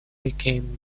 became